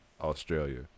Australia